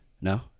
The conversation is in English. No